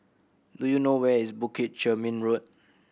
do you know where is Bukit Chermin Road